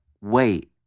wait